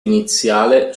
iniziale